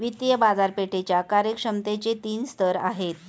वित्तीय बाजारपेठेच्या कार्यक्षमतेचे तीन स्तर आहेत